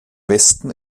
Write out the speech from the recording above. westen